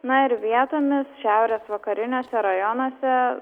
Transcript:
na ir vietomis šiaurės vakariniuose rajonuose